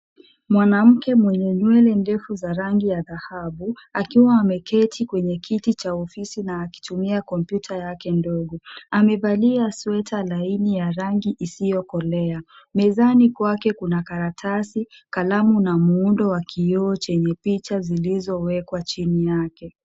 Mwanamke mwenye nywele ndefu za rangi ya dhahabu , akiwa ameketi kwenye kiti cha ofisi na akitumia kompyuta yake ndogo. Amevalia sweta laini ya rangi isiyokolea. Mezani kwake kuna karatasi, kalamu na muundo wa kioo chenye picha zilizowekwa chini yake.